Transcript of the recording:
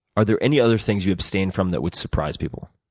are there any other things you abstain from that would surprise people,